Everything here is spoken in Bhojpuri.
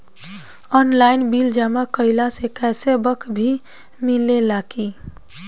आनलाइन बिल जमा कईला से कैश बक भी मिलेला की?